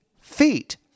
feet